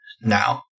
now